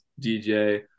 DJ